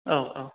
औ औ